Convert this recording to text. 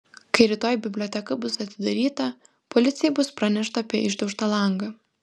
kai rytoj biblioteka bus atidaryta policijai bus pranešta apie išdaužtą langą